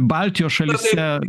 baltijos šalyse